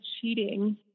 cheating